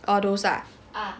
all those ah